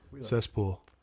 Cesspool